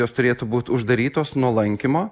jos turėtų būt uždarytos nuo lankymo